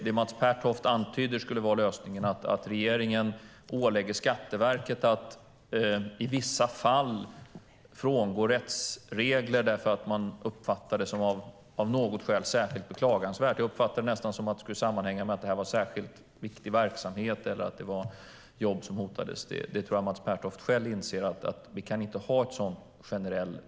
Det Mats Pertoft antyder skulle vara lösningen med en generell regel - det vill säga att regeringen ålägger Skatteverket att i vissa fall frångå rättsregler på grund av att något är beklagansvärt, att det är fråga om en särskilt viktig verksamhet eller att jobb hotas - tror jag Mats Pertoft själv inser kan inte ske.